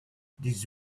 this